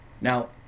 Now